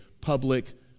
public